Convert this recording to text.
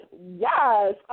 yes